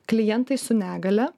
klientai su negalia